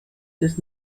des